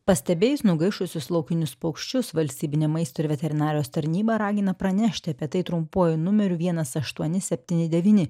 pastebėjus nugaišusius laukinius paukščius valstybinė maisto ir veterinarijos tarnyba ragina pranešti apie tai trumpuoju numeriu vienas aštuoni septyni devyni